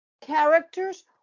characters